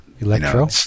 Electro